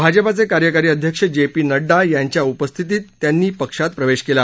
भाजपाचे कार्यकारी अध्यक्ष जे पी नड्डा यांच्या उपस्थितीत त्यांनी या पक्षात प्रवेश केला